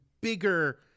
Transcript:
bigger